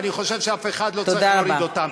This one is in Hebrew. ואני חושב שאף אחד לא צריך להוריד אותן.